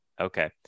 okay